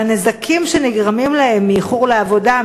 והנזקים שנגרמים להם מאיחור לעבודה,